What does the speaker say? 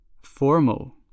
Formal